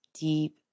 Deep